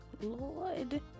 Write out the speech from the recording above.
Lord